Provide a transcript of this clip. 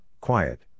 quiet